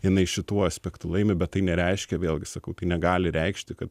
jinai šituo aspektu laimi bet tai nereiškia vėlgi sakau negali reikšti kad